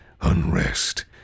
unrest